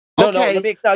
Okay